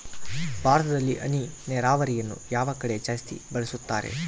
ಭಾರತದಲ್ಲಿ ಹನಿ ನೇರಾವರಿಯನ್ನು ಯಾವ ಕಡೆ ಜಾಸ್ತಿ ಬಳಸುತ್ತಾರೆ?